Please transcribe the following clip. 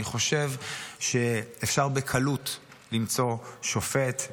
אני חושב שאפשר בקלות למצוא שופט,